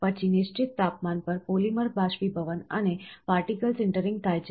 પછી નિશ્ચિત તાપમાન પર પોલિમર બાષ્પીભવન અને પાર્ટિકલ સિન્ટરિંગ થાય છે